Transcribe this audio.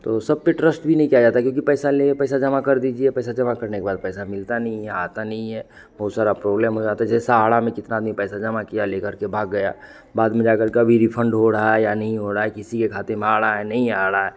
तो सब पर ट्रस्ट भी नहीं किया जाता क्योंकि पैसा ले पैसा जमा कर दीजिए पैसा जमा करने के बाद पैसा मिलता नहीं है आता नहीं है बहुत सारी प्रॉबलेम हो जाती है जे सहारा में कितने आदमी पैसा जमा किए लेकर के भाग गया बाद में जाकर के अभी रिफंड हो रहा है या नहीं हो रहा किसी के खाते में आ रहा है नहीं आ रहा है